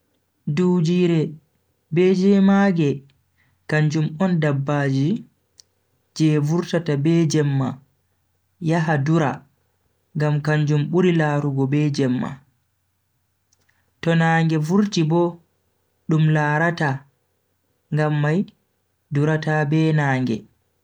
Dujiire be jemage kanjum on dabbaji je vurtata be jemma yaha dura ngam kanjum buri larugo be Jemma. To nange vurti Bo dum larata ngam mai durata be nange